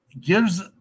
gives